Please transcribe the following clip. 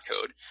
code